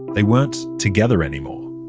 they weren't together anymore.